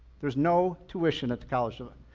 there's no tuition at the college of ah